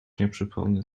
nieprzytomny